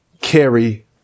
carry